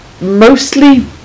mostly